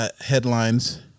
headlines